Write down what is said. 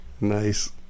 Nice